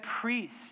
priest